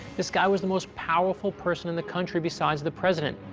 this guy was the most powerful person in the country besides the president,